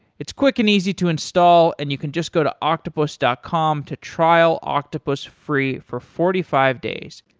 it's quick and easy to install and you can just go to octopus dot com to trial octopus free for forty five days.